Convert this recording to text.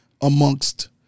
amongst